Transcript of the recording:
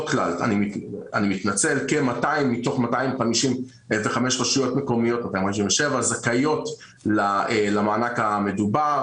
כ-200 מתוך 257 רשויות מקומיות זכאיות למענק המדובר